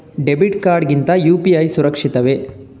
Debit card ಗಿಂತ UPI ಸುರಕ್ಷಿತವೇ?